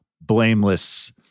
blameless